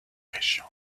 région